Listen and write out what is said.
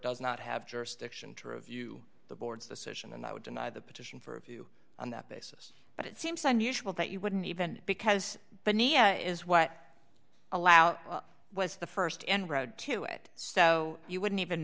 does not have jurisdiction to review the board's decision and i would deny the petition for a view on that basis but it seems unusual that you wouldn't even because the nia is what allow was the st and rode to it so you wouldn't even